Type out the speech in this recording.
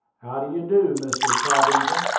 how do you do, mr. cobbington,